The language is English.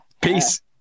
Peace